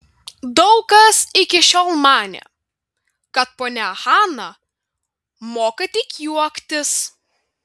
daug kas iki šiol manė kad ponia hana moka tik juoktis